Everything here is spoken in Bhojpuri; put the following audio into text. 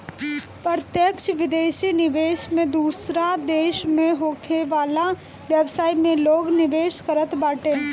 प्रत्यक्ष विदेशी निवेश में दूसरा देस में होखे वाला व्यवसाय में लोग निवेश करत बाटे